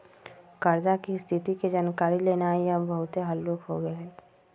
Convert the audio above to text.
कर्जा की स्थिति के जानकारी लेनाइ अब बहुते हल्लूक हो गेल हइ